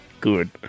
Good